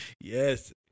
Yes